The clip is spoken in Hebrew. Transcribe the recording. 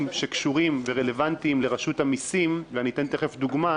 שקשורים ורלוונטיים לרשות המיסים ואני תכף אתן דוגמה